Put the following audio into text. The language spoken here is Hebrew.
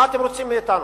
מה אתם רוצים מאתנו?